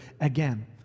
again